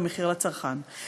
במחיר לצרכן.